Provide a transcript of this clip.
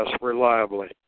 reliably